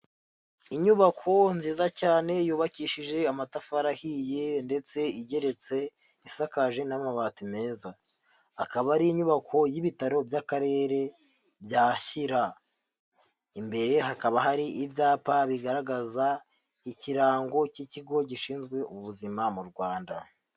Inyubako nziza cyane yubakishije amatafari ahiye ndetse igeretse, isakaje n'amabati meza, akaba ari inyubako y'ibitaro by'Akarere bya Shyira, imbere hakaba hari ibyapa bigaragaza ikirango cy'ikigo gishinzwe ubuzima mu Rwanda.